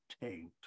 taint